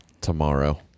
tomorrow